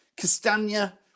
Castagna